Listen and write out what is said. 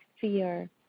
fear